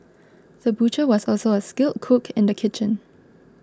the butcher was also a skilled cook in the kitchen